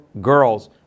girls